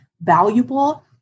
valuable